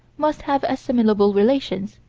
must have assimilable relations,